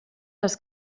les